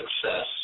success